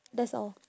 that's all